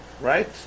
Right